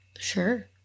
Sure